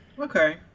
Okay